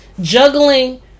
juggling